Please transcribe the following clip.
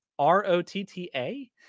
R-O-T-T-A